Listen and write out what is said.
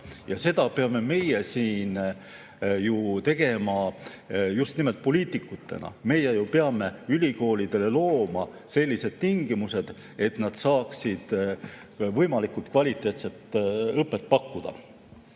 Seda peame meie siin tegema just nimelt poliitikutena. Meie peame ju ülikoolidele looma sellised tingimused, et nad saaksid võimalikult kvaliteetset õpet pakkuda.